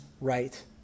right